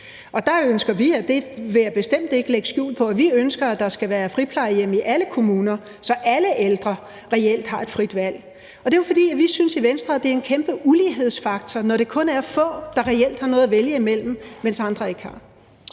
at vi ønsker – at der skal være friplejehjem i alle kommuner, så alle ældre reelt har et frit valg. Og det er jo, fordi vi i Venstre synes, at det er en kæmpe ulighedshedsfaktor, når det kun er få, der reelt har noget at vælge imellem, mens andre ikke har.